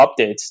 updates